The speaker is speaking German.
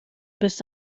bist